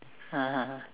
(uh huh)